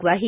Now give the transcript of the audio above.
ग्वाही